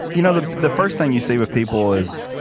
you know, the the first thing you see with people is,